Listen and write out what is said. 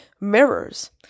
mirrors